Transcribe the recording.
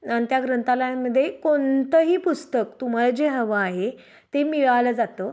अन् त्या ग्रंथालयामध्ये कोणतंही पुस्तक तुम्हाला जे हवं आहे ते मिळालं जातं